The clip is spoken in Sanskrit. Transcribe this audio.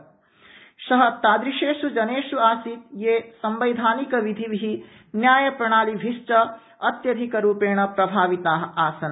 सः केष्चित् तादृक्षु जनेष् आसीत् ये संवैधानिक विधिभि न्यायप्रणालिभिश्च अत्यधिकरूपेण प्रभाविता आसन्